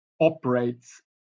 operates